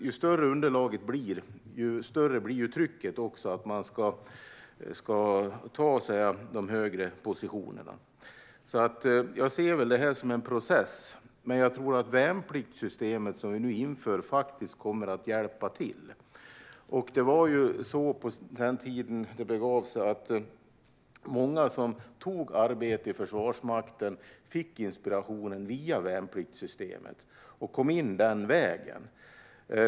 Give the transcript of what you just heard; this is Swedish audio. Ju större underlaget blir, desto större blir trycket att ta sig till de högre positionerna. Jag ser det här som en process. Jag tror också att värnpliktssystemet, som vi nu inför, kommer att hjälpa till. På den tiden det begav sig fick många av dem som tog arbete i Försvarsmakten inspirationen via värnpliktssystemet. De kom in den vägen.